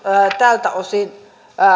tältä osin